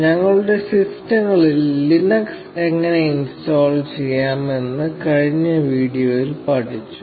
ഞങ്ങളുടെ സിസ്റ്റങ്ങളിൽ ലിനക്സ് എങ്ങനെ ഇൻസ്റ്റാൾ ചെയ്യാം എന്ന് കഴിഞ്ഞ വീഡിയോയിൽ പഠിച്ചു